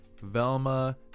Velma